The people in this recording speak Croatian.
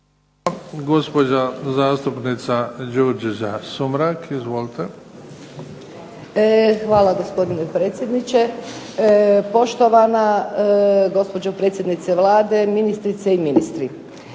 Hvala gospodine predsjedniče. Poštovana gospođo predsjednice Vlade, ministrice i ministri.